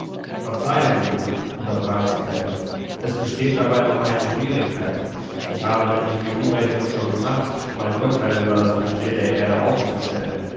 verzeihen sie unterbrach sie ell es besteht dabei noch eine schwierigkeit ich habe nämlich die umrechnung schon gemacht um ein urteil über das budget der erde aufzustellen